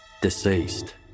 deceased